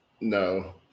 No